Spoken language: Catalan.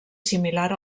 similar